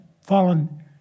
fallen